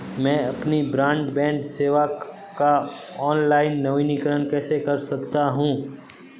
मैं अपनी ब्रॉडबैंड सेवा का ऑनलाइन नवीनीकरण कैसे कर सकता हूं?